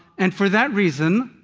and for that reason,